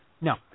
No